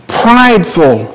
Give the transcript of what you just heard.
prideful